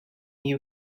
you